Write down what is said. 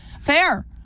fair